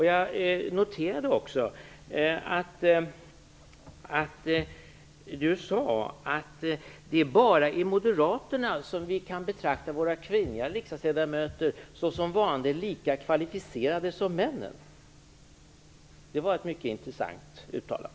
Jag noterade också att Hans Hjortzberg-Nordlund sade att det bara är Moderata samlingspartiet som kan betrakta sina kvinnliga riksdagsledamöter såsom varande lika kvalificerade som männen. Det var ett mycket intressant uttalande.